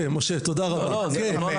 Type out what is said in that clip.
לא, זה גם לא נכון.